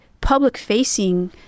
public-facing